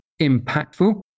impactful